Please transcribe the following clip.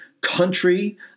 country